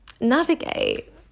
navigate